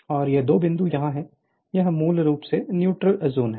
और ये दो बिंदु यहां हैं यह मूल रूप से न्यूट्रल जोन है